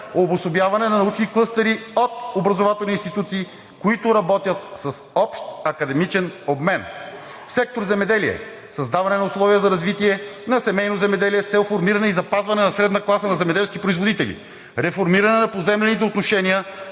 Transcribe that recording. обособяване на научни клъстери от образователни институции, които работят с общ академичен обмен. В сектор „Земеделие“ – създаване на условия за развитие на семейно земеделие с цел формиране и запазване на средната класа, на земеделски производители; реформиране на поземлените отношения